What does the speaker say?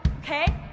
okay